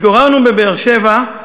והתגוררנו בבאר-שבע,